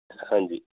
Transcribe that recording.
ਹਾਂਜੀ